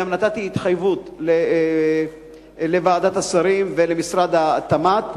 גם נתתי התחייבות לוועדת השרים ולמשרד התמ"ת,